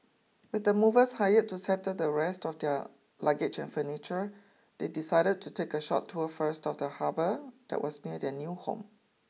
with the movers hired to settle the rest of their luggage and furniture they decided to take a short tour first of the harbour that was near their new home